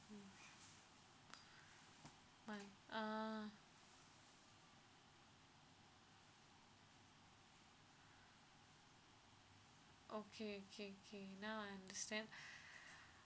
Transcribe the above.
month ah okay okay okay now I understand